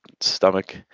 stomach